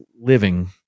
living